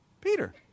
Peter